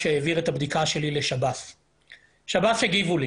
שב"ס הגיבו.